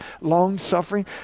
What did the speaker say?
long-suffering